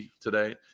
today